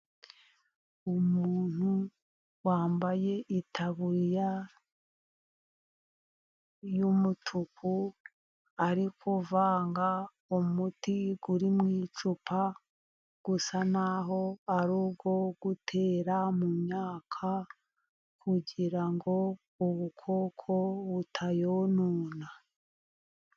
Umuntu wambaye itaburiya y'umutuku, ariko kuvanga umuti uri mu icupa, usa naho ari uwo gutera mu myaka, kugira ngo ubukoko butayonona.